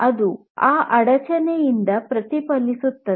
ಅದು ಆ ಅಡಚಣೆಯಿಂದ ಪ್ರತಿಫಲಿಸುತ್ತದೆ